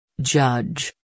Judge